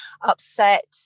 upset